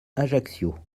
ajaccio